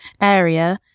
area